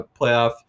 playoff